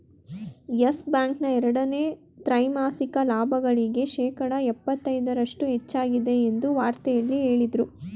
Yes Bank ನ ಎರಡನೇ ತ್ರೈಮಾಸಿಕ ಲಾಭಗಳಿಗೆ ಶೇಕಡ ಎಪ್ಪತೈದರಷ್ಟು ಹೆಚ್ಚಾಗಿದೆ ಎಂದು ವಾರ್ತೆಯಲ್ಲಿ ಹೇಳದ್ರು